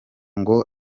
ngo